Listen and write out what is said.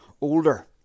older